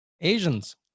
Asians